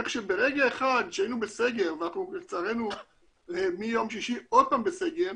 איך שברגע אחד שהיינו בסגר ולצערנו אנחנו מיום שישי עוד פעם בסגר,